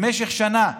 למשך שנה,